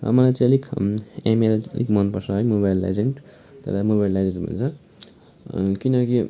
र मलाई चाहिँ अलिक एमएल मनपर्छ है मोबाइल लेजेन्ड त्यसलाई मोबाइल लेजेन्ड भन्छ किनकि